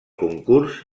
concurs